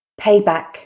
Payback